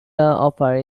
offer